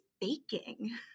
baking